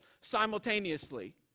simultaneously